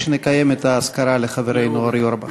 כשנקיים את האזכרה לחברנו אורי אורבך.